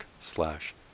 slash